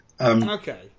Okay